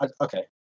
Okay